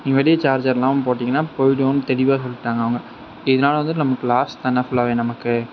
வெளி சார்ஜர்லாம் போட்டிங்கன்னா போய்டும்னு தெளிவாக சொல்லிட்டாங்க அவங்க இதனால வந்துட்டு நமக்கு லாஸ் தானே ஃபுல்லாவே நமக்கு